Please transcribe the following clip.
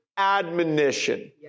admonition